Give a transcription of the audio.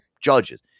judges